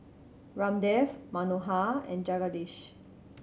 Ramdev Manohar and Jagadish